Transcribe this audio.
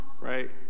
right